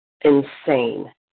insane